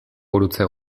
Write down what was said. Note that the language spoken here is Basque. gurutze